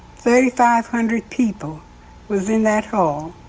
thirty-five hundred people was in that hall.